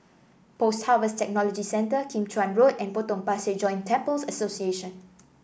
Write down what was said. Post Harvest Technology Centre Kim Chuan Road and Potong Pasir Joint Temples Association